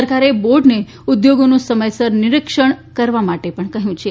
સરકારે બોર્ડને ઉદ્યોગોનું સમયસર નિરિક્ષણ કરવા માટે પણ કહ્યું છે